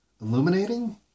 illuminating